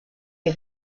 que